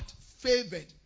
favored